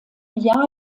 jahr